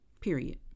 period